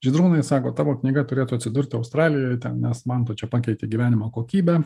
žydrūnai sako tavo knyga turėtų atsidurti australijoj ten nes man tu čia pakeitei gyvenimo kokybę